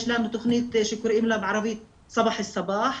יש לנו גם תוכנית שנקראת בערבית 'סבאח אלסבאח',